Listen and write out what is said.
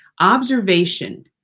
observation